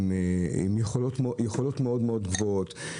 עם יכולות מאוד גבוהות.